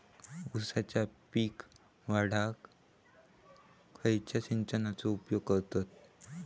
ऊसाचा पीक वाढाक खयच्या सिंचनाचो उपयोग करतत?